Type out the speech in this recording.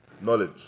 knowledge